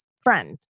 friend